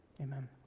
Amen